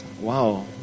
wow